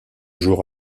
jours